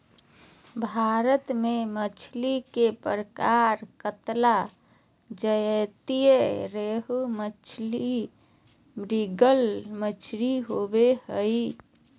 भारत में मछली के प्रकार कतला, ज्जयंती रोहू मछली, मृगल मछली होबो हइ